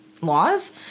laws